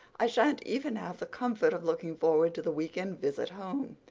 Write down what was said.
i shan't even have the comfort of looking forward to the weekend visit home,